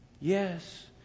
Yes